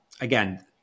again